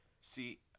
see